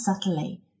subtly